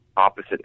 opposite